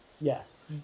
Yes